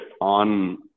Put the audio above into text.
on